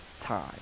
time